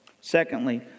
Secondly